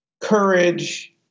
courage